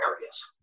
areas